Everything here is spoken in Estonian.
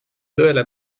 tõele